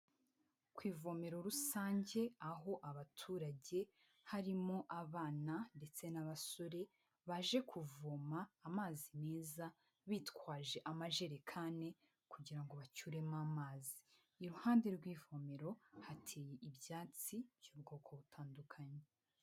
Ku ivomero rusange aho abaturage, harimo abana ndetse n'abasore baje kuvoma amazi meza bitwaje amajerekani kugira ngo bacyuremo amazi, iruhande rw'ivomero hateye ibyatsi by'ubwoko butandukanye.